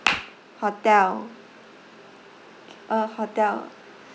hotel uh hotel